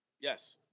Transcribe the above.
Yes